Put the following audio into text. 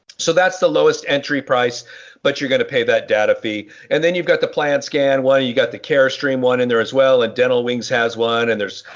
so that's the lowest entry price but you're gonna pay that data fee and then you've got the plant scan one you got the care stream one in there as well and dental wings has one and there's